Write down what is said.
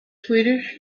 swedish